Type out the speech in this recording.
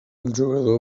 jugador